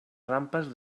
rampes